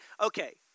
Okay